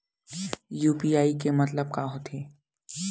UPI के मतलब का होथे?